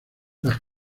las